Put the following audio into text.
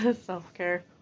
self-care